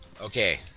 Okay